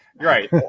Right